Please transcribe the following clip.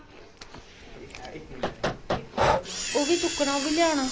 ओह् बी चुक्कना ओह् बी लेई आना